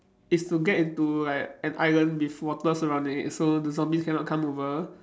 is to get into like an island with water surrounding it so the zombies cannot come over